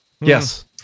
Yes